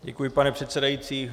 Děkuji, pane předsedající.